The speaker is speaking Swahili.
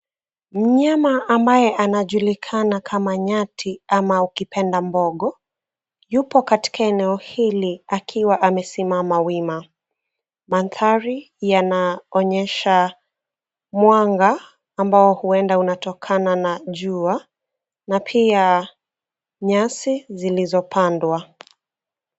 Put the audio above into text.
Mnyama ambaye anajulikana kama nyati ama ukipenda mbogo, yupo katika eneo hili akiwa amesimama wima. Mandhari yanaonyesha mwanga ambao huenda unatokana na jua, na pia nyasi zilizopandwa.